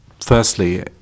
firstly